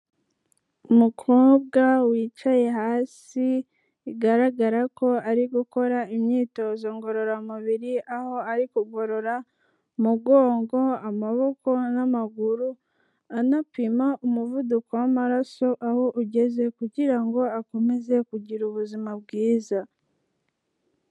Umukobwa wicaye hasi, bigaragara ko ari gukora imyitozo ngororamubiri, aho ari kugorora umugongo, amaboko n'amaguru, anapima umuvuduko w'amaraso aho ugeze kugira ngo akomeze kugira ubuzima bwiza.